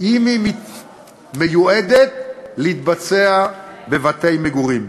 אם היא מיועדת להתבצע בבתי-מגורים.